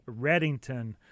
Reddington